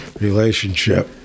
relationship